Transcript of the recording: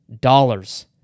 dollars